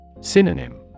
Synonym